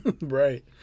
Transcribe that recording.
Right